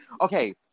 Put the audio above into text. Okay